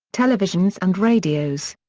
televisions and radios.